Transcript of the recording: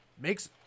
makes